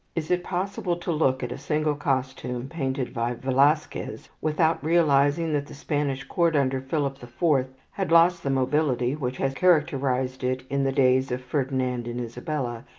is it possible to look at a single costume painted by velasquez without realizing that the spanish court under philip the fourth had lost the mobility which has characterized it in the days of ferdinand and isabella,